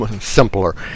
simpler